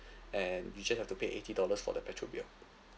and you just have to pay eighty dollars for the petrol bill